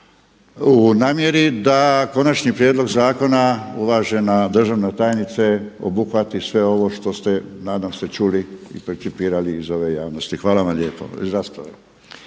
u namjeri da konačni prijedlog zakona uvažena državna tajnice obuhvati sve ovo što ste nadam se čuli i percipirali iz ove rasprave. Hvala vam lijepo.